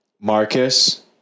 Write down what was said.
Marcus